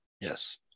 Yes